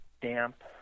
damp